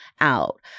out